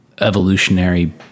evolutionary